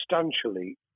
substantially